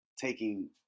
taking